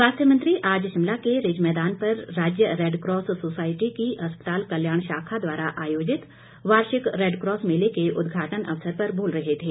स्वास्थ्य मंत्री आज शिमला के रिज मैदान पर राज्य रेडकॉस सोसायटी की अस्पताल कल्याण शाखा द्वारा आयोजित वार्षिक रेडकॉस मेले के उदघाटन अवसर पर बोल रहे थे